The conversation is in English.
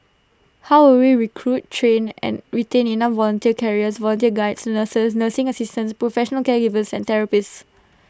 how will we recruit train and retain enough volunteer carers volunteer Guides nurses nursing assistants professional caregivers and therapists